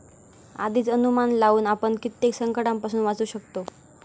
आधीच अनुमान लावुन आपण कित्येक संकंटांपासून वाचू शकतव